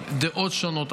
דעות שונות,